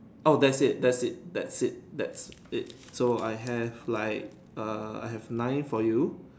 oh that's it that's it that's it that's it so I have like err I have nine for you